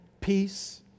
peace